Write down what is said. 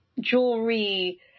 jewelry